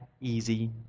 easy